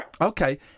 Okay